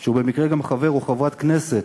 שהוא במקרה גם חבר כנסת או חברת כנסת,